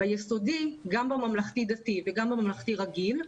ביסודי, גם בממלכתי דתי וגם בממלכתי רגיל,